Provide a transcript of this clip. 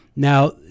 Now